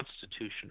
constitutional